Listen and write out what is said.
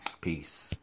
Peace